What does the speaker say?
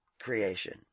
creation